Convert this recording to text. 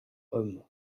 hommes